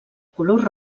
color